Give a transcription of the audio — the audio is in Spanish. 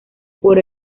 por